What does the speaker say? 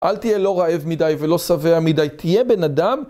אל תהיה לא רעב מדי ולא שבע מדי, תהיה בן אדם.